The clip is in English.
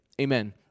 Amen